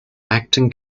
acting